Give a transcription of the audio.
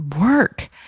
work